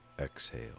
exhale